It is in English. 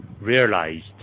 realized